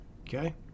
Okay